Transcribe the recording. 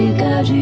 gosh,